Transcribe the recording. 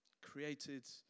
Created